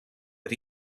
but